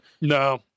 no